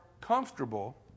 comfortable